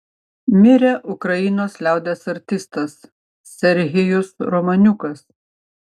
mirė ukrainos liaudies artistas serhijus romaniukas